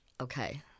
Okay